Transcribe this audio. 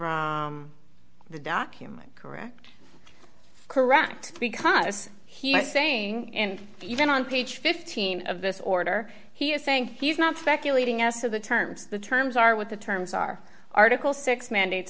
the document correct correct because he was saying and even on page fifteen of this order he is saying he's not speculating as to the terms the terms are with the terms are article six mandates